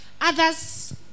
Others